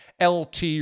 LT